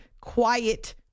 quiet